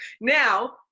now